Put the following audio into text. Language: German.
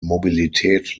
mobilität